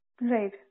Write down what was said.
Right